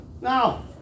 Now